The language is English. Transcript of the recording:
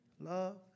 Love